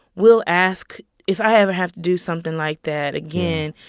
will ask, if i ever have to do something like that again,